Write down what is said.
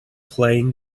playing